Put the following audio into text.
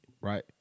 right